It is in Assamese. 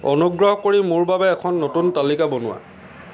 অনুগ্ৰহ কৰি মোৰ বাবে এখন নতুন তালিকা বনোৱা